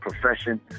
profession